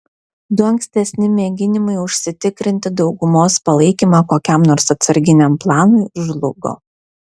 du ankstesni mėginimai užsitikrinti daugumos palaikymą kokiam nors atsarginiam planui žlugo